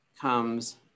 comes